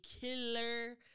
killer